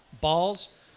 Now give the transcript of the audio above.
balls